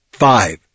Five